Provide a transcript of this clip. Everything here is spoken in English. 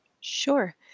sure